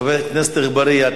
חבר הכנסת אגבאריה,